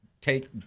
take